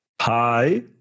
Hi